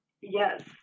Yes